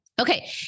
Okay